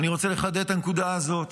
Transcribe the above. אני רוצה לחדד את הנקודה הזאת.